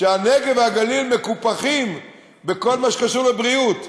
שהנגב והגליל מקופחים בכל מה שקשור לבריאות.